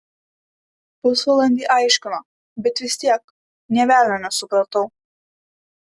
pusvalandį aiškino bet vis tiek nė velnio nesupratau